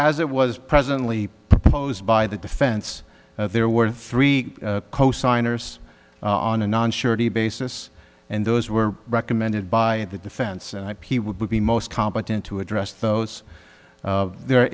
as it was presently proposed by the defense there were three cosigners on a non surety basis and those were recommended by the defense and he would be most competent to address those there